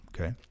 Okay